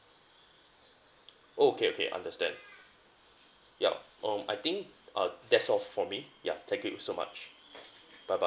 oh okay okay understand yup um I think uh that's all from me yeah thank you so much bye bye